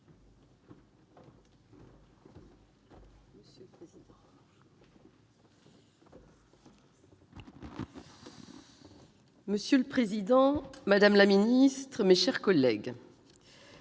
Monsieur le président, madame la ministre, mes chers collègues,